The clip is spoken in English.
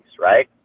right